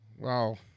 Wow